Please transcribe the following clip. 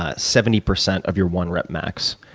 ah seventy percent of your one rep max.